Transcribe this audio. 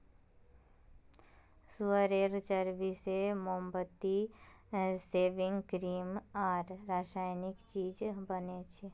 सुअरेर चर्बी से मोमबत्ती, सेविंग क्रीम आर रासायनिक चीज़ बनोह